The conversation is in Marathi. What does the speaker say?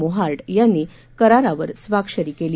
मोहार्ड यांनी करारावर स्वाक्षरी केली